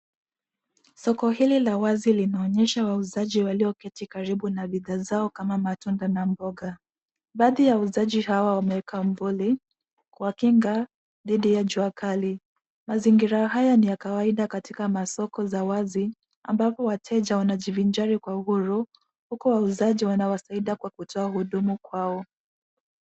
Soko hili la wazi linaonyesha wauzaji walioketi karibu na bidhaa zao kama matunda na mboga. Baadhi ya wauzaji hawa wamekaa mvuli, kuwakinga dhidi ya jua kali. Mazingira haya ni ya kawaida katika masoko za wazi ambapo wateja wanajivinjari kwa uhuru huku wauzaji wanawasaidia kwa kutoa huduma kwao.